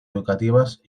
educativas